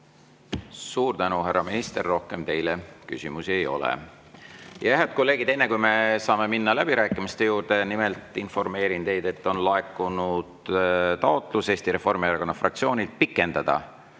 Suur tänu, härra minister! Rohkem teile küsimusi ei ole. Head kolleegid, enne kui me saame minna läbirääkimiste juurde, informeerin teid, et on laekunud taotlus Eesti Reformierakonna fraktsioonilt pikendada